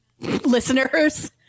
Listeners